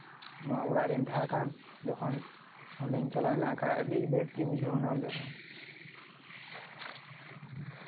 ᱤᱧ ᱢᱟ ᱚᱲᱟᱜ ᱨᱤᱧ ᱛᱟᱦᱮᱸᱠᱟᱱ ᱡᱚᱠᱷᱚᱱ ᱚᱸᱰᱤᱧ ᱪᱟᱞᱟᱣᱮᱱᱟ ᱵᱟᱠᱷᱟᱡ ᱟᱹᱰᱤ ᱵᱮᱥ ᱜᱮ ᱵᱩᱡᱷᱟᱹᱣᱮᱱᱟ ᱚᱸᱰᱮ ᱦᱚᱸ